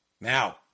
now